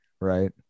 right